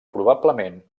probablement